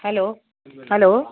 hello hello